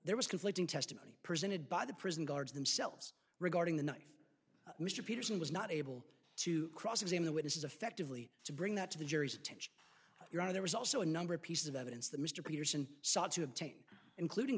there was conflicting testimony presented by the prison guards themselves regarding the knife mr peterson was not able to cross examine the witnesses effectively to bring that to the jury's attention your honor there was also a number of pieces of evidence that mr peterson sought to obtain including